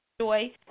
Joy